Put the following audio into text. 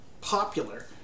popular